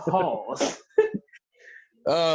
Pause